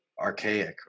archaic